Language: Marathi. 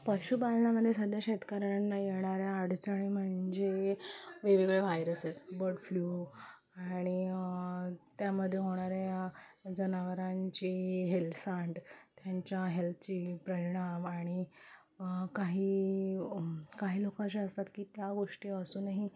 पशुपालनामध्ये सध्या शेतकऱ्यांना येणाऱ्या अडचणी म्हणजे वेगवेगळे वायरसेस बड फ्ल्यू आणि त्यामध्ये होणाऱ्या जनावरांची हेळसांड त्यांच्या हेल्थची प्ररिणाम आणि काही काही लोकं अशी असतात की त्या गोष्टी असूनही